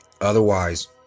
Otherwise